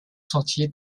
sentier